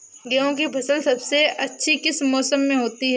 गेंहू की फसल सबसे अच्छी किस मौसम में होती है?